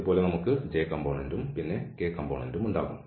ഇതുപോലെ നമുക്ക് j യും പിന്നെ k യും ഉണ്ടാകും